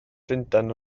llundain